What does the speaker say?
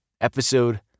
episode